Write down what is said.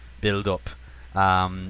build-up